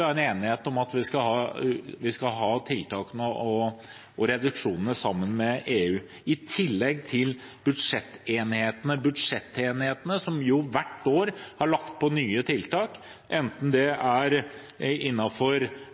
vi skal ha tiltakene og reduksjonene sammen med EU. I tillegg er det budsjettenighetene, som jo hvert år har lagt til nye tiltak